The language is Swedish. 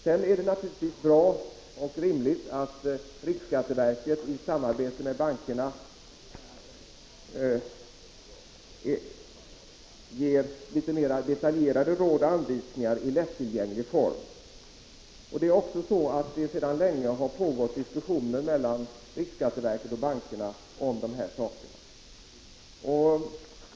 Sedan är det naturligtvis rimligt att riksskatteverket i samarbete med bankerna ger litet mer detaljerade råd och anvisningar i lättillgänglig form. Sedan länge har också diskussioner pågått mellan riksskatteverket och bankerna om de här sakerna.